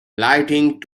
lighting